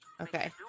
Okay